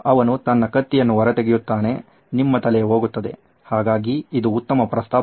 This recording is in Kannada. ಅವನು ತನ್ನ ಕತ್ತಿಯನ್ನು ಹೊರತೆಗೆಯುತ್ತಾನೆ ನಿಮ್ಮ ತಲೆ ಹೋಗುತ್ತದೆ ಹಾಗಾಗಿ ಇದು ಉತ್ತಮ ಪ್ರಸ್ತಾಪವಲ್ಲ